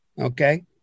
Okay